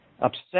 upset